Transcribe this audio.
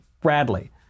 Bradley